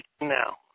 now